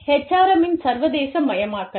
HRM இன் சர்வதேசமயமாக்கல்